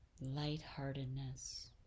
Lightheartedness